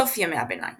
סוף ימי הביניים